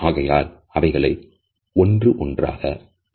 ஆகையால் அவைகளை ஒன்று ஒன்றாக பார்க்கலாம்